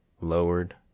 Lowered